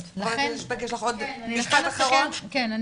כן,